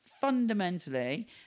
fundamentally